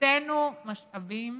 הקצינו משאבים